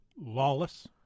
Lawless